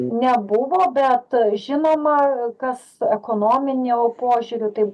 nebuvo bet žinoma kas ekonominiu požiūriu tai